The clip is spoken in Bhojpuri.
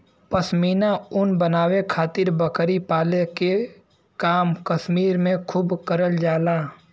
पश्मीना ऊन बनावे खातिर बकरी पाले के काम कश्मीर में खूब करल जाला